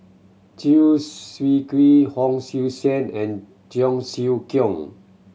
Chew Swee Kee Hon Sui Sen and Cheong Siew Keong